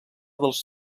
dels